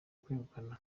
kwegukana